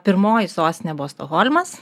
pirmoji sostinė buvo stokholmas